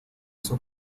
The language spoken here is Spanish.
sus